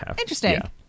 interesting